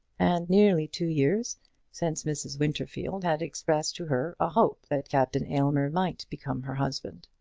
and nearly two years since mrs. winterfield had expressed to her a hope that captain aylmer might become her husband.